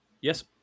yes